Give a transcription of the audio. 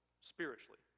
Spiritually